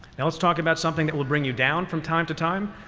now let's talk about something that will bring you down from time to time.